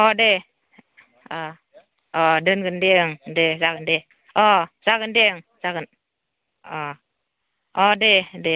अ दे दोनगोन दे ओं दे जागोन दे जागोन दे जागोन दे दे